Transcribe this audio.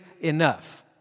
enough